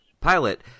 Pilot